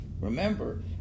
Remember